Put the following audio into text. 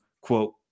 quote